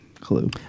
clue